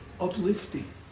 uplifting